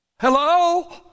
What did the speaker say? Hello